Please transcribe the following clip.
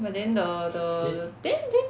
but then the the the then then